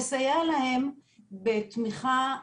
לסייע להם בתמיכה רגשית,